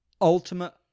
ultimate